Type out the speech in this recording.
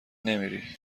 نمیری